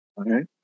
Okay